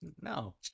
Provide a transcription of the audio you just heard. No